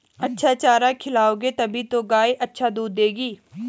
अच्छा चारा खिलाओगे तभी तो गाय अच्छा दूध देगी